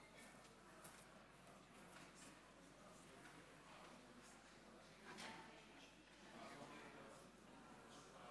התוצאות: 43 חברי כנסת נגד, 31